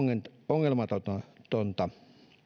ongelmatonta